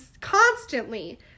constantly